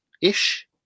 ish